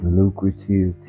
lucrative